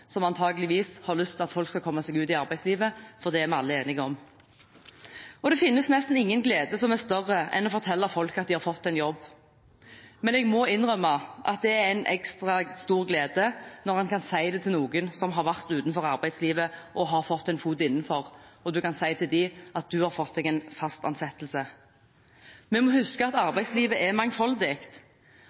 som antakeligvis har lyst til at folk skal komme seg ut i arbeidslivet. Dette er vi alle enige om. Det finnes nesten ingen glede som er større enn å fortelle folk at de har fått en jobb. Men jeg må innrømme at det er en ekstra stor glede når en kan si til noen som har vært utenfor arbeidslivet, og som har fått en fot innenfor, at de har fått fast ansettelse. Vi må huske at arbeidslivet er mangfoldig,